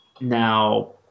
Now